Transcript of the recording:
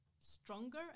stronger